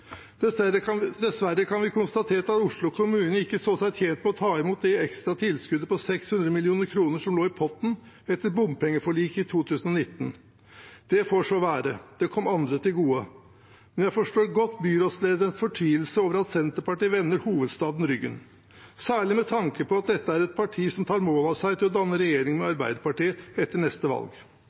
Dessverre kan vi konstatere at Oslo kommune ikke så seg tjent med å ta imot det ekstra tilskuddet på 600 mill. kr som lå i potten etter bompengeforliket i 2019. Det får så være, det kom andre til gode, men jeg forstår godt byrådslederens fortvilelse over at Senterpartiet vender hovedstaden ryggen, særlig med tanke på at dette er et parti som tar mål av seg til å danne regjering med Arbeiderpartiet etter neste valg.